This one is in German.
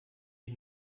die